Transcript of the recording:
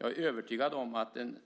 Jag är övertygad om att den